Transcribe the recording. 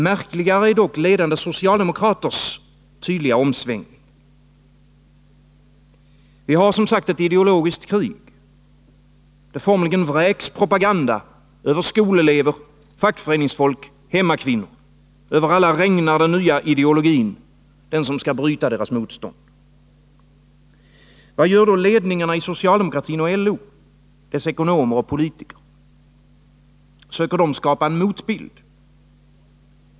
Märkligare är dock ledande socialdemokraters tydliga omsvängning. Vi har, som sagt, ett ideologiskt krig. Det formligen vräks propaganda över skolelever, fackföreningsfolk, hemmakvinnor — över alla regnar den nya ideologin, den som skall bryta deras motstånd. Vad gör då ledningarna i socialdemokratin och LO? Deras ekonomer och politiker? Söker de skapa en motbild?